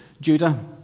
Judah